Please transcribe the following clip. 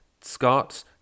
Scott